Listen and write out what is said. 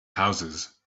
houses